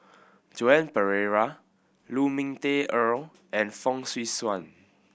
Joan Pereira Lu Ming Teh Earl and Fong Swee Suan